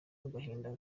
agahinda